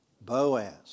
Boaz